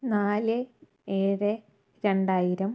നാല് ഏഴ് രണ്ടായിരം